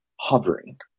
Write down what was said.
hovering